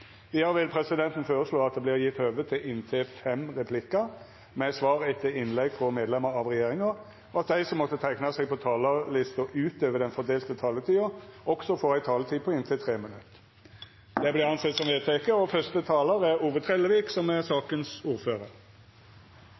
Vidare vil presidenten føreslå at det vert gjeve høve til inntil fem replikkar med svar etter innlegg frå medlemer av regjeringa. Vidare vert det føreslått at dei som måtte teikna seg på talarlista utover den fordelte taletida, får ei taletid på inntil 3 minutt. – Det